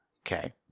okay